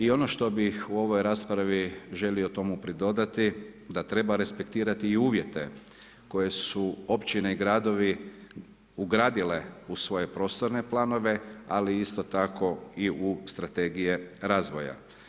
I ono što bih u ovoj raspravi želio tom u pridodati, da treba i respektirati i uvijete, koje su općine i gradovi ugradile u svoje prostorne planove, ali isto tako i u strategije razvoja.